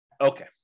Okay